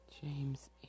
James